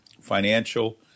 financial